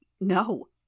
No